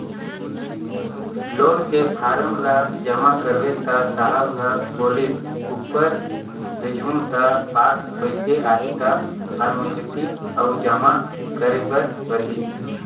loan के form ल जमा करेंव त साहब ह बोलिस ऊपर भेजहूँ त पास होयके आही त फारमेलटी अउ जमा करे बर परही